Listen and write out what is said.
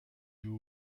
you